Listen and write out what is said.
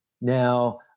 Now